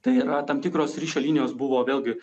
tai yra tam tikros ryšio linijos buvo vėlgi